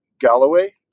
Galloway